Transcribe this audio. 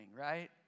right